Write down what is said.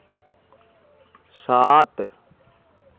सात